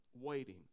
waiting